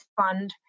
Fund